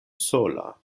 sola